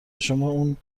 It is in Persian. شما، اون